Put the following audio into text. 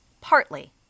Partly